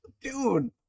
dude